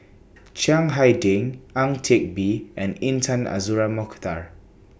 Chiang Hai Ding Ang Teck Bee and Intan Azura Mokhtar